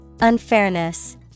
Unfairness